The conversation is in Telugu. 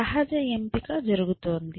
సహజ ఎంపిక జరుగుతుంది